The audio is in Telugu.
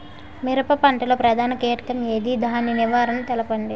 మిరప పంట లో ప్రధాన కీటకం ఏంటి? దాని నివారణ తెలపండి?